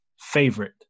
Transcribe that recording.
favorite